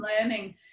learning